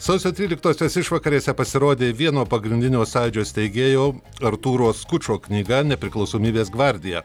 sausio tryliktosios išvakarėse pasirodė vieno pagrindinio sąjūdžio steigėjo artūro skučo knyga nepriklausomybės gvardija